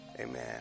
Amen